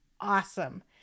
awesome